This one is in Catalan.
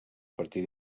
partir